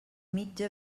mitja